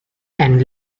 and